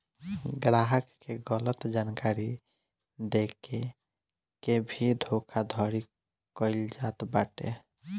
ग्राहक के गलत जानकारी देके के भी धोखाधड़ी कईल जात बाटे